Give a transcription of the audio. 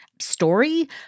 story